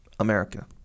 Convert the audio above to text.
America